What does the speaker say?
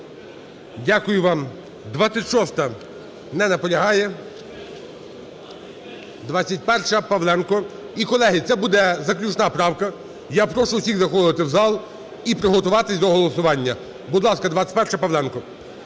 Дякую вам. 26-а. Не наполягає. 21-а, Павленко. І, колеги, це буде заключна правка. Я прошу всіх заходити в зал і приготуватись до голосування. Будь ласка, 21-а, Павленко.